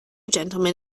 gentleman